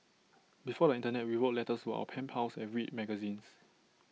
before the Internet we wrote letters our pen pals and read magazines